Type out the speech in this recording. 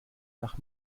nach